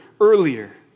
earlier